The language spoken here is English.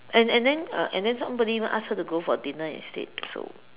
and and then uh and then somebody even asked her to go for dinner instead so